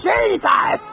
Jesus